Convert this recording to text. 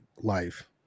life